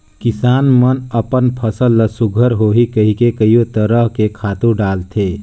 किसान मन अपन फसल ल सुग्घर होही कहिके कयो तरह के खातू डालथे